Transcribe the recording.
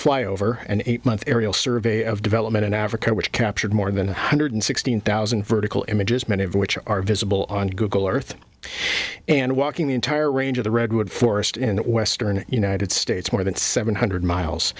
fly over an eight month aerial survey of development in africa which captured more than one hundred sixteen thousand vertical images many of which are visible on google earth and walking the entire range of the redwood forest in the western united states more than seven hundred miles